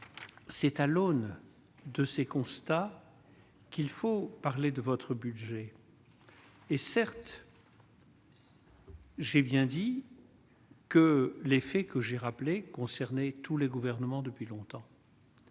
c'est à l'aune de ces constats, qu'il faut parler de votre budget est certes. J'ai bien dit. Que l'effet que j'ai rappelées concerner tous les gouvernements depuis longtemps.